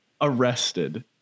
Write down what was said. arrested